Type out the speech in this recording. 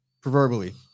proverbially